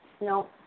No